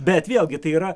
bet vėlgi tai yra